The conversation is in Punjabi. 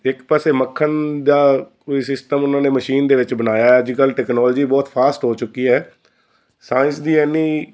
ਇੱਕ ਪਾਸੇ ਮੱਖਣ ਦਾ ਕੋਈ ਸਿਸਟਮ ਉਹਨਾਂ ਨੇ ਮਸ਼ੀਨ ਦੇ ਵਿੱਚ ਬਣਾਇਆ ਅੱਜ ਕੱਲ੍ਹ ਟੈਕਨੋਲੋਜੀ ਬਹੁਤ ਫਾਸਟ ਹੋ ਚੁੱਕੀ ਹੈ ਸਾਇੰਸ ਦੀ ਇੰਨੀ